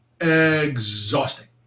Exhausting